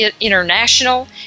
International